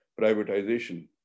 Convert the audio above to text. privatization